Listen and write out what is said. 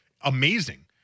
amazing